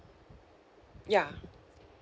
ya